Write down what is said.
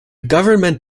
government